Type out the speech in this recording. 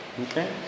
Okay